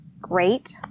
great